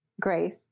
grace